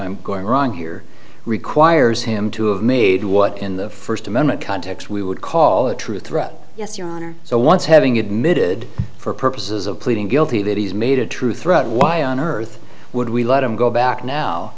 i'm going wrong here requires him to have made what in the first amendment context we would call a true threat yes your honor so once having admitted for purposes of pleading guilty that he's made a true threat why on earth would we let him go back now